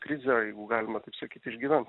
krizę jeigu galima taip sakyt išgyvens